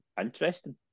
Interesting